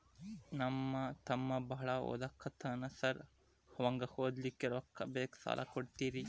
ನಮ್ಮ ತಮ್ಮ ಬಾಳ ಓದಾಕತ್ತನ ಸಾರ್ ಅವಂಗ ಓದ್ಲಿಕ್ಕೆ ರೊಕ್ಕ ಬೇಕು ಸಾಲ ಕೊಡ್ತೇರಿ?